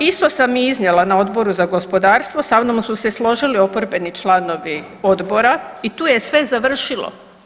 Isto sam iznijela i na Odboru za gospodarstvu, sa mnom su se složili oporbeni članovi odbora i tu je sve završilo.